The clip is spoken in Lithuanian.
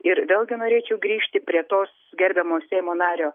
ir vėlgi norėčiau grįžti prie tos gerbiamo seimo nario